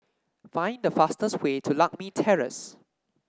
find the fastest way to Lakme Terrace